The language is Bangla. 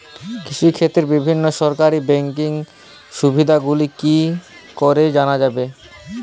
কৃষিক্ষেত্রে বিভিন্ন সরকারি ব্যকিং সুবিধাগুলি কি করে জানা যাবে?